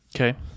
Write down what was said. Okay